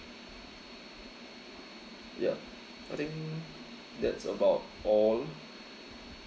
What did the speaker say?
ya I think that's about all